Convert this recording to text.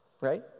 right